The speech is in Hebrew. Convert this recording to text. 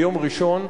ביום ראשון,